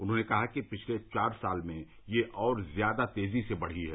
उन्होंने कहा कि पिछले चार साल में यह और ज्यादा तेज़ी से बढ़ी है